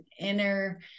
inner